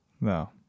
No